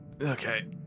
okay